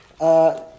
Uh-